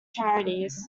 charities